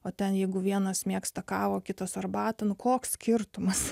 o ten jeigu vienas mėgsta kavą kitos arbatą koks skirtumas